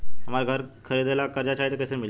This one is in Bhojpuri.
हमरा घर खरीदे ला कर्जा चाही त कैसे मिली?